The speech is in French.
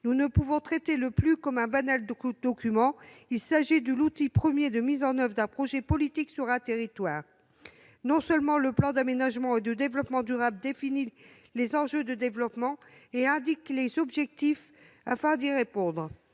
Nous ne pouvons traiter le PLU comme un banal document : il s'agit de l'outil premier de mise en oeuvre d'un projet politique sur un territoire. Le projet d'aménagement et de développement durable définit les enjeux de développement et indique les objectifs afin d'y répondre,